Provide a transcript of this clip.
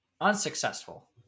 unsuccessful